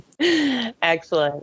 Excellent